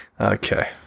Okay